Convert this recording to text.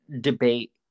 debate